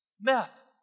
meth